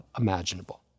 imaginable